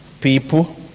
people